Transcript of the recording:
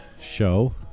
show